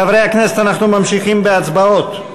חברי הכנסת, אנחנו ממשיכים בהצבעות.